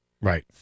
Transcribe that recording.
Right